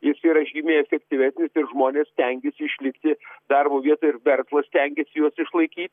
jis yra žymiai efektyvesnis ir žmonės stengiasi išlikti darbo vietoj ir verslas stengiasi juos išlaikyt